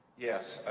yes, i